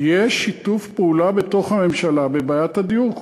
יש שיתוף פעולה בתוך הממשלה בנוגע לבעיית הדיור,